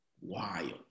wild